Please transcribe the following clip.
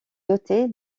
doté